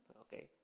Okay